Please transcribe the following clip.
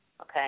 Okay